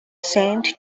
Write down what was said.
saint